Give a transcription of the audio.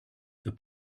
the